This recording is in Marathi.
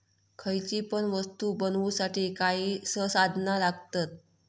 खयची पण वस्तु बनवुसाठी काही संसाधना लागतत